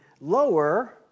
lower